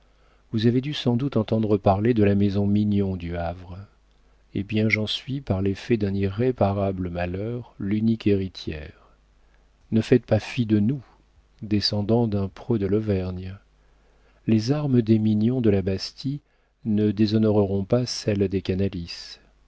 vous avez dû sans doute entendre parler de la maison mignon du havre eh bien j'en suis par l'effet d'un irréparable malheur l'unique héritière ne faites pas fi de nous descendant d'un preux de l'auvergne les armes des mignon de la bastide ne déshonoreront pas celles des canalis